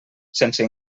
sense